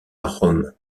rome